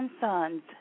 Sons